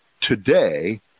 today